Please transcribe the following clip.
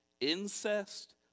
incest